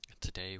Today